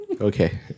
okay